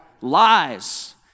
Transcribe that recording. Lies